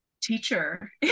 teacher